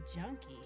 junkie